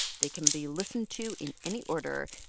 they can be listened to in any order,